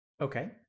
Okay